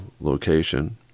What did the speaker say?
location